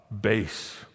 base